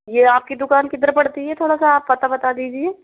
ये आपकी दुकान किधर पड़ती है थोड़ा सा आप पता बता दीजिए